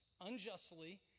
unjustly